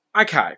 okay